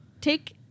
take